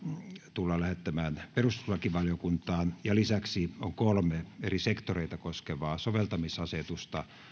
tullaan lähettämään perustuslakivaliokuntaan ja lisäksi on kolme eri sektoreita koskevaa soveltamisasetusta